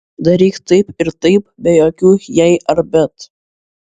daryk taip ir taip be jokių jei ar bet